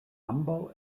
ambaŭ